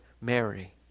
Mary